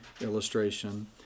illustration